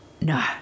No